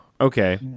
Okay